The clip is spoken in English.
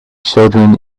children